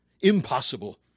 Impossible